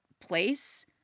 place